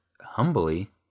humbly